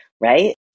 right